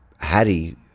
Harry